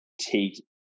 take